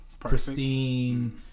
pristine